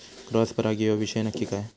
Cross परागी ह्यो विषय नक्की काय?